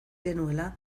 genuela